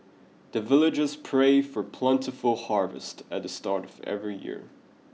the villagers pray for plentiful harvest at the start of every year